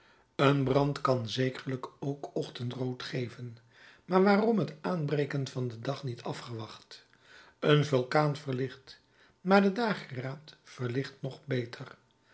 een brand kan zekerlijk ook ochtendrood geven maar waarom het aanbreken van den dag niet afgewacht een vulkaan verlicht maar de dageraad verlicht nog beter